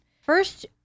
First